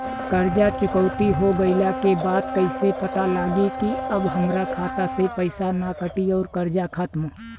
कर्जा चुकौती हो गइला के बाद कइसे पता लागी की अब हमरा खाता से पईसा ना कटी और कर्जा खत्म?